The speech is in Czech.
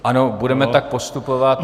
Ano, budeme tak postupovat.